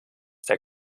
der